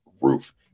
roof